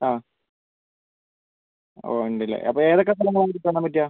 ആ ഓ ഉണ്ടല്ലേ അപ്പോൾ ഏതൊക്കെ സ്ഥലങ്ങളാണ് ഇപ്പോൾ കാണാൻ പറ്റുക